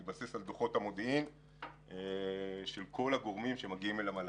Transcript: מתבסס על דוחות המודיעין של כל הגורמים שמגיעים למל"ל.